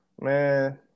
Man